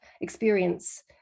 experience